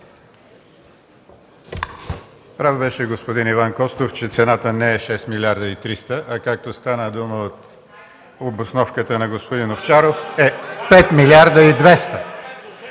Прав беше господин Иван Костов, че цената не е 6 млрд. 300, а, както стана дума в обосновката на господин Овчаров, е 5 млрд. 200!